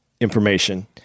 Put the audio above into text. information